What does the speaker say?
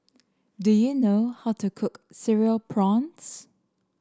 do you know how to cook Cereal Prawns